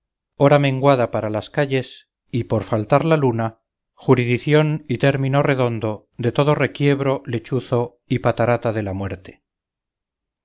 hora menguada para las calles y por faltar la luna juridición y término redondo de todo requiebro lechuzo y patarata de la muerte